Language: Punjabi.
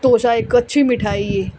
ਤੋਸ਼ਾ ਇੱਕ ਅੱਛੀ ਮਿਠਾਈ ਹੈ